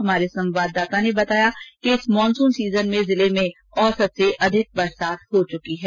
हमारे संवाददाता ने बताया कि इस मानसून सीजन में जिले में औसत से अधिक वर्षा दर्ज की जा चुकी है